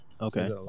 Okay